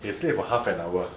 he's late for half an hour